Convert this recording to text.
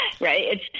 Right